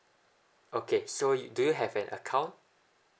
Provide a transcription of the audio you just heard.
okay so you do you have an account